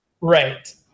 Right